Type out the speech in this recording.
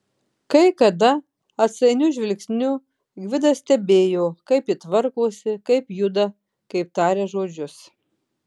kai kada atsainiu žvilgsniu gvidas stebėjo kaip ji tvarkosi kaip juda kaip taria žodžius